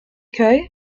köy